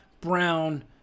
brown